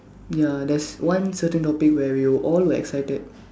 ya there's one certain topic where we were all excited